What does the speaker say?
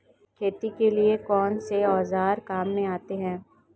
खेती के लिए कौनसे औज़ार काम में लेते हैं?